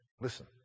listen